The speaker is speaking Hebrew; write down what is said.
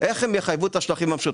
ולוודא איך הם יחייבו את השטחים המשותפים.